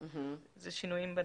אז אלה שינויים בנוסח.